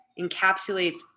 encapsulates